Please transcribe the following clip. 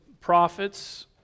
prophets